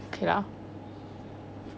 okay lah